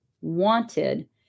wanted